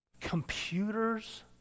Computers